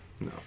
No